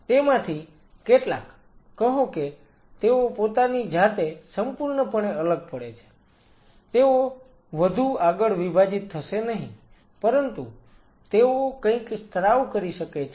તેમાંથી કેટલાક કહો કે તેઓ પોતાની જાતે સંપૂર્ણપણે અલગ પડે છે તેઓ વધુ આગળ વિભાજીત થશે નહીં પરંતુ તેઓ કંઈક સ્ત્રાવ કરી શકે છે